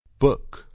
book